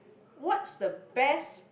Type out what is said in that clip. what's the best